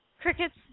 crickets